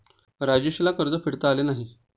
राजेशला कर्ज परतफेडता आले नाही